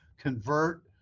convert